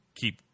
keep